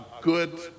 good